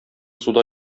суда